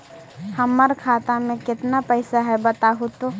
हमर खाता में केतना पैसा है बतहू तो?